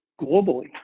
globally